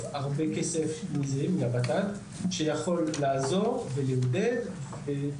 יש הרבה כסף שיכול לעזור --- שיכולים